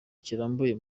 kirambuye